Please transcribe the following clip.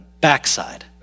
backside